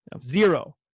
Zero